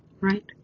Right